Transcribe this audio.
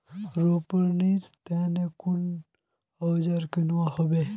रोपनीर तने कुन औजार किनवा हबे